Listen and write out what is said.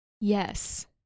Yes